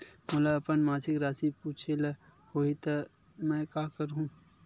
मोला अपन मासिक राशि पूछे ल होही त मैं का करहु?